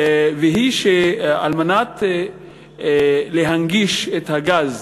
והיא שכדי להנגיש את הגז